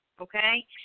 Okay